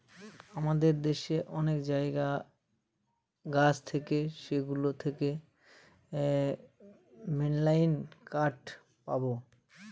আমাদের দেশে অনেক জায়গায় গাছ থাকে সেগুলো থেকে মেললাই কাঠ পাবো